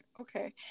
okay